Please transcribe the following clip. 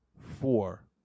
four